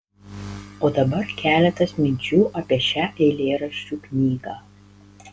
o dabar keletas minčių apie šią eilėraščių knygą